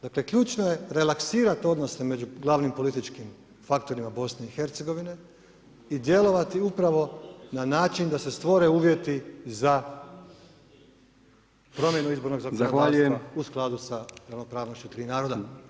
Dakle, ključno je relaksirati odnose među glavnim političkim faktorima BiH-a i djelovati upravo na način da se stvore uvjeti za promjenu izbornog zakonodavstva u skladu sa ravnopravnošću tri naroda.